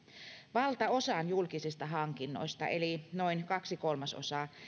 valtaosan julkisista hankinnoista eli noin kaksi kolmasosaa